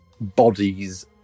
bodies